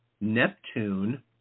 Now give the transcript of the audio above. Neptune